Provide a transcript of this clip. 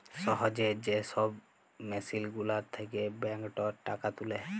সহজে যে ছব মেসিল গুলার থ্যাকে ব্যাংকটর টাকা তুলে